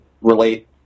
relate